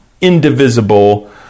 indivisible